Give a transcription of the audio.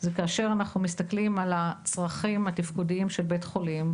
זה כאשר אנחנו מסתכלים על הצרכים התפקודיים של בית חולים,